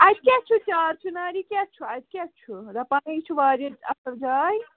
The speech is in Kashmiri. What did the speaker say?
اَتہِ کیٛاہ چھُ چار چناری کیٛاہ چھُ اَتہِ کیٛاہ چھُ دَپان ہَے یہِ چھُ واریاہ اَصٕل جاے